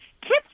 kids